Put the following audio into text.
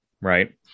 right